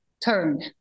turn